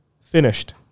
finished